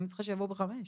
אני צריכה שיבואו ב-5:00.